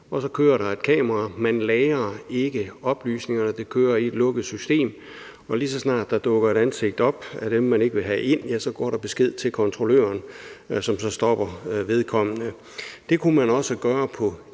og så kører der et kamera. Man lagrer ikke oplysningerne, det kører i et lukket system, og lige så snart der dukker et ansigt op af dem, man ikke vil have ind, ja, så går der besked til kontrolløren, som så stopper vedkommende. Det kunne man også gøre på